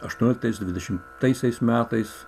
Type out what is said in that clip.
aštuonioliktais dvidešimtaisiais metais